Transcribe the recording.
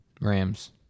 Rams